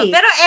Pero